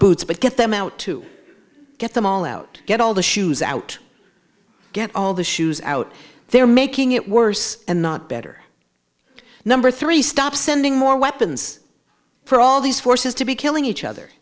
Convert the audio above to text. boots but get them out to get them all out get all the shoes out get all the shoes out there making it worse and not better number three stop sending more weapons for all these forces to be killing each other